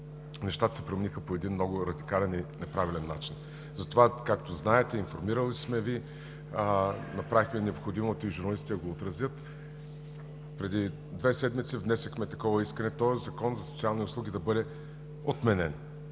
нещата се промениха по един много радикален и неправилен начин. Затова както знаете, информирали сме Ви – направихме необходимото и журналистите да го отразят – преди две седмици внесохме искане този Закон за социални услуги да бъде отменен,